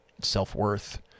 self-worth